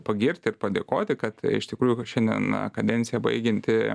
pagirti ir padėkoti kad iš tikrųjų šiandien kadenciją baigianti